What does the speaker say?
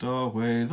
away